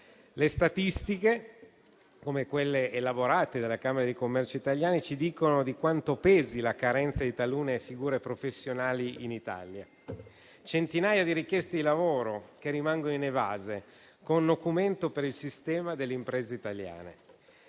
Le statistiche, come quelle elaborate dalle camere di commercio italiane, ci dicono quanto pesi la carenza di talune figure professionali in Italia: centinaia di richieste di lavoro rimangono inevase, con nocumento per il sistema delle imprese italiane.